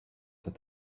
that